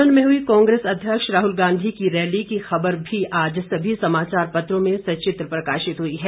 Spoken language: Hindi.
सोलन में हुई कांग्रेस अध्यक्ष राहल गांधी की रैली की खबर भी आज सभी समाचार पत्रों में सचित्र प्रकाशित हुई है